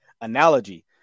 analogy